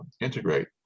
integrate